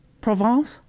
Provence